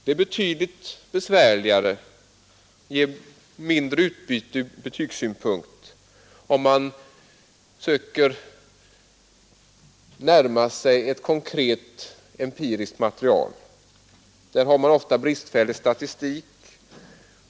Det är betydligt besvärligare och ger mindre utbyte ur betygssynpunkt att försöka närma sig ett konkret empiriskt material. Där har man ofta bristfällig statistik.